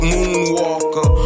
Moonwalker